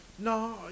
No